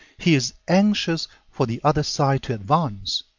he is anxious for the other side to advance.